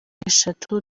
eshatu